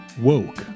woke